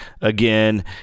Again